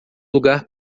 lugar